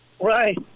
Right